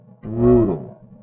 brutal